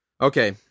Okay